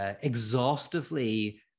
Exhaustively